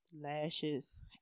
lashes